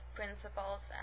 principles